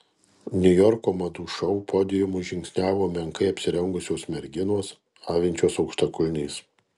niujorko madų šou podiumu žingsniavo menkai apsirengusios merginos avinčios aukštakulniais